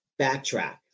backtrack